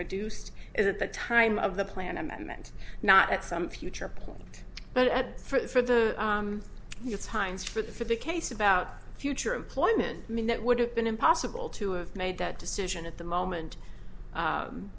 reduced is that the time of the plan i meant not at some future point but at for you times for the for the case about future employment i mean that would have been impossible to have made that decision the moment